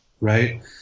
right